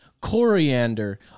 coriander